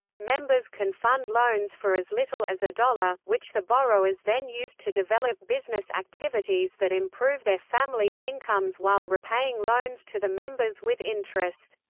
members can fund loans for as little as a dollar, which the borrowers then use to develop business activities that improve their families' incomes while repaying loans to the members with interest.